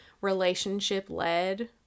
relationship-led